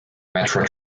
metro